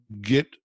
get